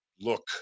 look